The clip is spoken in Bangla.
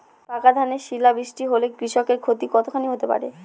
পাকা ধানে শিলা বৃষ্টি হলে কৃষকের ক্ষতি কতখানি হতে পারে?